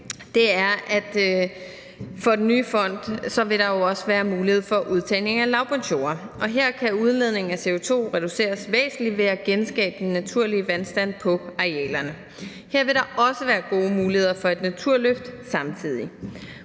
at der for den nye fond også vil være mulighed for udtagning af lavbundsjorder, og her kan udledningen af CO2 reduceres væsentligt ved at genskabe den naturlige vandstand på arealerne. Her vil der samtidig også være gode muligheder for et naturløft.